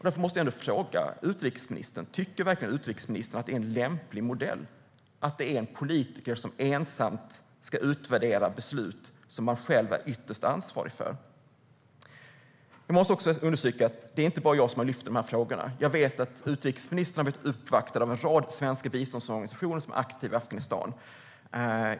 Därför måste jag fråga om utrikesministern verkligen tycker att det är en lämplig modell att en politiker ensam ska utvärdera beslut som hon själv är ytterst ansvarig för? Jag vill understryka att det inte bara är jag som tagit upp dessa frågor. Jag vet att utrikesministern har blivit uppvaktad av en rad svenska biståndsorganisationer som är aktiva i Afghanistan.